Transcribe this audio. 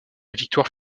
victoire